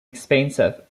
expensive